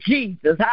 Jesus